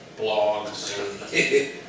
blogs